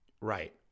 Right